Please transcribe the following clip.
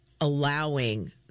allowing